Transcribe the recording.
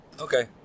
Okay